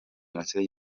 mirasire